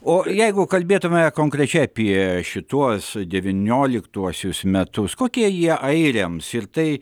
o jeigu kalbėtume konkrečiai apie šituos devynioliktuosius metus kokie jie airiams ir tai